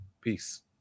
Peace